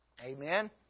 Amen